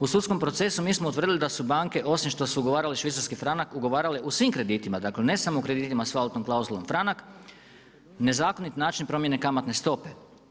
U sudskom procesu mi smo utvrdili da su banke, osim što su ugovarale švicarske franak, ugovarale u svim kreditima, dakle, ne samo u kreditima s valutnom klauzulom franak, nezakoniti način promjene kamatne stope.